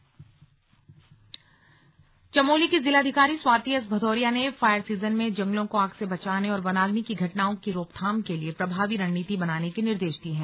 slug वनाग्नि निर्देश चमोली की जिलाधिकारी स्वाति एस भदौरिया ने फायर सीजन में जंगलों को आग से बचाने और वनाग्नि की घटनाओं की रोकथाम के लिए प्रभावी रणनीति बनाने के निर्देश दिये हैं